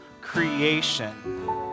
creation